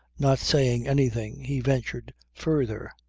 not saying anything, he ventured further.